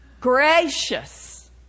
Gracious